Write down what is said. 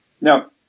Now